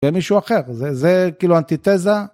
ומישהו אחר, זה כאילו אנטיתזה.